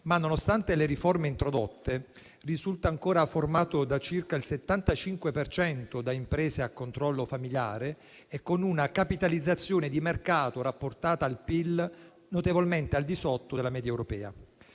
Nonostante le riforme introdotte, esso risulta però ancora formato per circa il 75 per cento da imprese a controllo familiare, con una capitalizzazione di mercato rapportata al PIL notevolmente al di sotto della media europea.